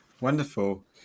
wonderful